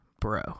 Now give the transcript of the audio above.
bro